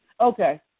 Okay